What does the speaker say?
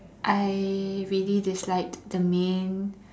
I really disliked the main